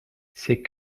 c’est